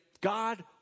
God